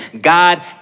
God